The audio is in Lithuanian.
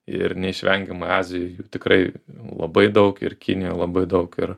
ir neišvengiamai azijoj jų tikrai labai daug ir kinijoj labai daug ir